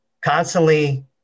constantly